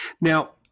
Now